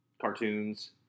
cartoons